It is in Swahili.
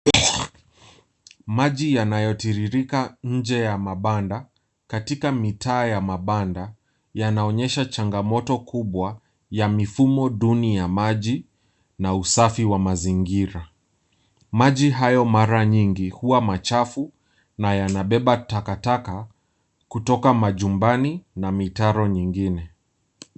Maji yanayotiririka nje ya mabanda katika mitaa ya mabanda yanaonyesha changamoto kubwa ya mifumo duni ya maji na usafi wa mazingira. Maji hayo mara nyingi huwa machafu na yanabeba takataka kutoka majumbani na mitaro mingine.